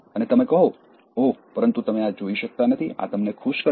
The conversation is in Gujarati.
અને તમે કહો ઓહ પરંતુ તમે આ જોઈ શકતા નથી આ તમને ખુશ કરશે